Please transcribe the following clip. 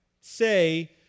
say